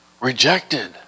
rejected